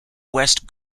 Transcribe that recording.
west